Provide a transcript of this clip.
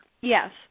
Yes